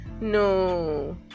No